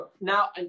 Now